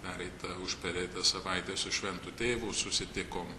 pereitą užpereitą savaitę su šventu tėvu susitikom